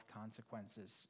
consequences